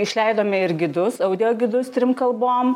išleidome ir gidus audiogidus trim kalbom